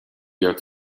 jak